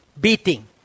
beating